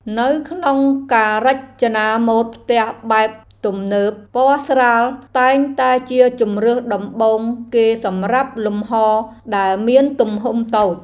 នៅក្នុងការរចនាម៉ូដផ្ទះបែបទំនើបពណ៌ស្រាលតែងតែជាជម្រើសដំបូងគេសម្រាប់លំហរដែលមានទំហំតូច។